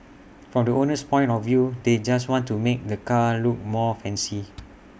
from the owner's point of view they just want to make the car look more fancy